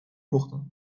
پختم